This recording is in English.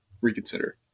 reconsider